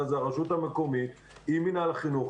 זה הרשות המקומית עם מינהל החינוך,